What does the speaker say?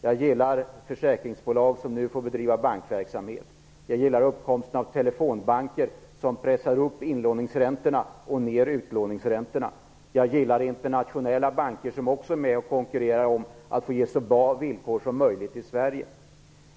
Jag gillar att försäkringsbolag nu får bedriva bankverksamhet. Jag gillar uppkomsten av telefonbanker som pressar upp inlåningsräntorna och pressar ner utlåningsräntorna. Jag gillar att internationella banker också är med och konkurrerar om att få ge så bra villkor som möjligt till Sverige.